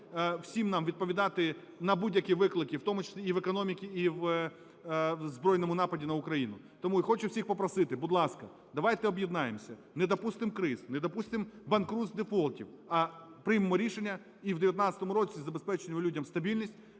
всім нам відповідати на будь-які виклики, в тому числі і в економіці, і в збройному нападі на Україну. Тому я хочу всіх попросити, будь ласка, давайтеоб'єднаємся, не допустим криз, не допустим банкрутств, дефолтів, а приймемо рішення і в 19-му році забезпечимо людям стабільність,